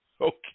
Okay